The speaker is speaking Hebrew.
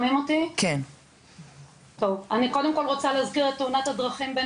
קודם כל אני רוצה להזכיר את תאונת הדרכים בין